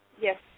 Yes